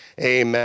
Amen